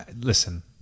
Listen